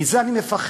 מזה אני מפחד.